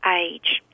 age